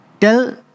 tell